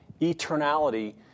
eternality